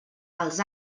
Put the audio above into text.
als